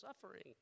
suffering